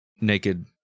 naked